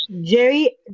Jerry